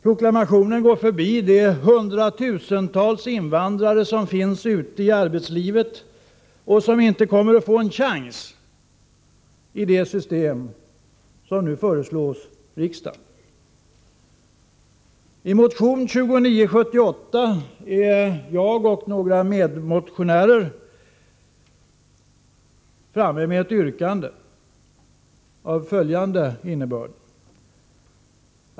Proklamationen går förbi de hundratusentals invandrare som finns ute i arbetslivet och som inte kommer att få en chans i det system som nu föreslås att riksdagen skall besluta om.